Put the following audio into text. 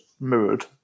mirrored